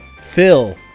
Phil